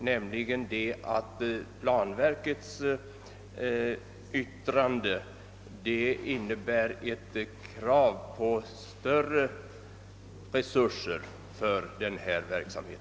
Jag anser nämligen att planverkets yttrande innebär ett krav på större resurser för denna verksamhet.